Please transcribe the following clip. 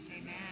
Amen